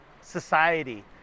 society